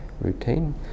routine